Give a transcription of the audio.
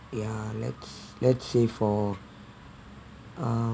ya let's let's say for uh